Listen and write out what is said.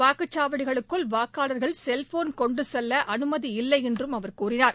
வாக்குச்சாவடிகளுக்குள் வாக்காளர்கள் செல்போன் கொண்டு செல்ல அனுமதி இல்லை என்றும் அவர் தெரிவித்தார்